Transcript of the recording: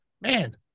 man